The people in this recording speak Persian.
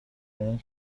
اون